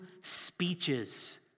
speeches